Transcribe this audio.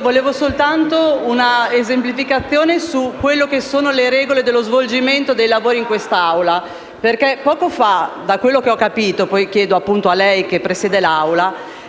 Vorrei soltanto una esemplificazione su quelle che sono le regole dello svolgimento dei lavori in quest'Assemblea perché poco fa, da quello che ho capito - lo chiedo appunto a lei, che presiede - lei